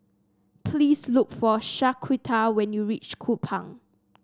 please look for Shaquita when you reach Kupang